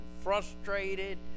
frustrated